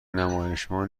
نمایشنامه